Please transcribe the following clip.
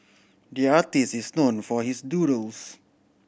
the artist is known for his doodles